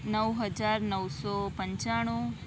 નવ હજાર નવસો પંચાણું